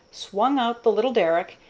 swung out the little derrick,